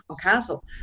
Castle